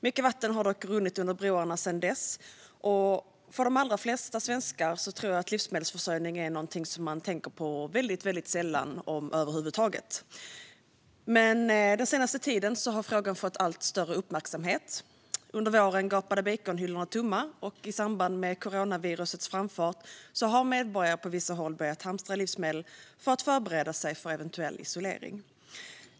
Mycket vatten har dock runnit under broarna sedan dess, och för de allra flesta svenskar är nog livsmedelsförsörjning någonting som man tänker på väldigt sällan, om man gör det över huvud taget. Den senaste tiden har dock frågan fått allt större uppmärksamhet. Under våren gapade baconhyllorna tomma, och i samband med coronavirusets framfart har medborgare på vissa håll börjat hamstra livsmedel för att förbereda sig för eventuell isolering.